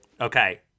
Okay